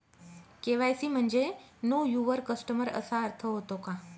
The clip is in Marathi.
के.वाय.सी म्हणजे नो यूवर कस्टमर असा अर्थ होतो का?